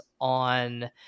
on